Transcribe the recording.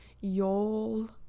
y'all